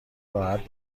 راحت